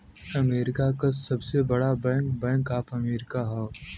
America क सबसे बड़ा बैंक बैंक ऑफ अमेरिका हौ